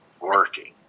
working